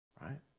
Right